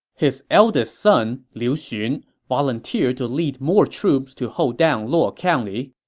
his eldest son, liu xun volunteered to lead more troops to hold down luo county.